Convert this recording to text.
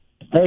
Hey